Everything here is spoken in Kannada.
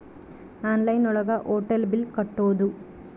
ಆನ್ಲೈನ್ ಒಳಗ ಹೋಟೆಲ್ ಬಿಲ್ ಕಟ್ಬೋದು